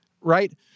Right